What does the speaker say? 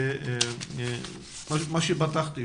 כפי שאמרתי,